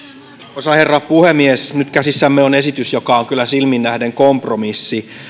arvoisa herra puhemies nyt käsissämme on esitys joka on kyllä silminnähden kompromissi